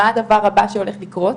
מה הדבר הבא שהולך לקרות